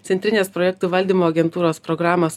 centrinės projektų valdymo agentūros programos